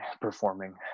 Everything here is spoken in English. performing